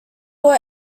were